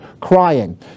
crying